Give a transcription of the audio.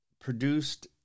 produced